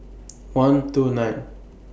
one two nine